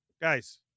guys